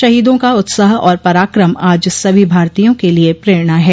शहीदों का उत्साह और पराक्रम आज सभी भारतीयों के लिए प्रेरणा है